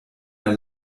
der